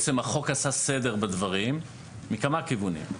החוק עשה סדר בדברים מכמה כיוונים.